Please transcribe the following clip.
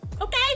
okay